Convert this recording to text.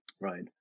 Right